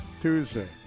Tuesday